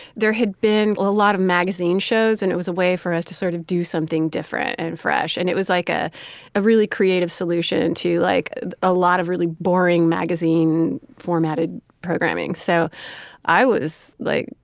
there had been a lot of magazine shows and it was a way for us to sort of do something different and fresh. and it was like a a really creative solution to like a lot of really boring magazine formatted programming. so i was like,